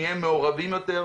נהיה מעורבים יותר,